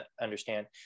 understand